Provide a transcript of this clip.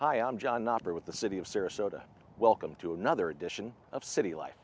hi i'm john knopper with the city of sarasota welcome to another edition of city life